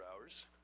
hours